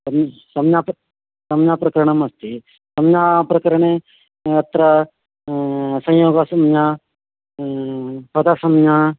सं संज्ञा प्र संज्ञाप्रकरणमस्ति संज्ञाप्रकरणे अत्र संयोगसंज्ञा पदसंज्ञा